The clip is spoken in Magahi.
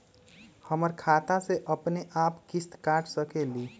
हमर खाता से अपनेआप किस्त काट सकेली?